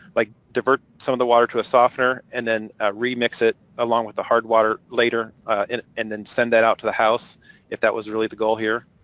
like divert some of the water to a softener and then remix it along with the hard water later and and then send that out to the house if that was really the goal here